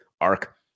arc